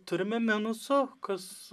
turime minusų kas